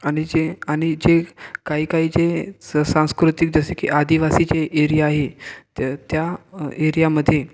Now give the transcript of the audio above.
आणि जे आणि जे काही काही जे स सांस्कृतिक जसे की आदिवासीचे एरिया आहे तर त्या एरियामध्ये